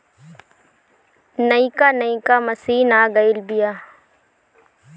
नइका नइका मशीन आ गइल बिआ